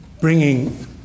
bringing